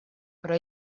però